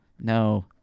No